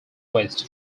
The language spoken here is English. waste